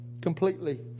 completely